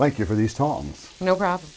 like you for these tongs no problem